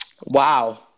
Wow